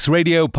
Radio